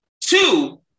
Two